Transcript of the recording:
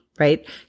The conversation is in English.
right